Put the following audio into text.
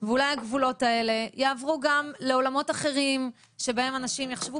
ואולי הגבולות האלה יעברו גם לעולמות אחרים שבהם אנשים יחשבו